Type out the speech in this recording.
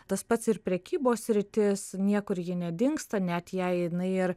tas pats ir prekybos sritis niekur ji nedingsta net jei jinai ir